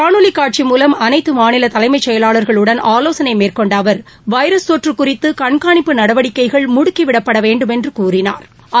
காணொலி காட்சி மூலம் அனைத்து மாநில தலைமைச் செயலாளர்களடன் ஆலோசனை மேற்கொண்ட அவர் வைரஸ் தொற்று குறித்து கண்காணிப்பு நடவடிக்கைகள் முடுக்கிவிடப்பட வேண்டுமென்று கூறினாா்